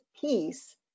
piece